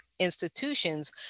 institutions